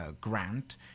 grant